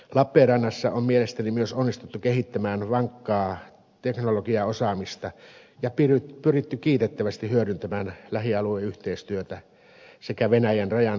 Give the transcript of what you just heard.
lappeenrannassa on mielestäni myös onnistuttu kehittämään vankkaa teknologiaosaamista ja pyritty kiitettävästi hyödyntämään lähialueyhteistyötä sekä venäjän rajan tarjoamia mahdollisuuksia